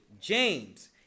James